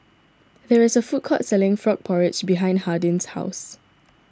there is a food court selling Frog Porridge behind Hardin's house